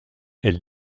elle